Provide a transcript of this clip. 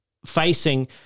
facing